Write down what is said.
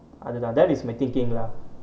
அதுதான்:athuthaan that is my thinking lah